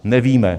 Nevíme.